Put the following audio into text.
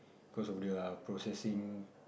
cause of the uh processing